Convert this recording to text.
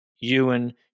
Ewan